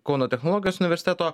kauno technologijos universiteto